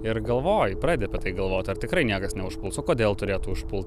ir galvoji pradedi apie tai galvot ar tikrai niekas neužpuls o kodėl turėtų užpult